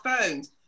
phones